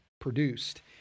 produced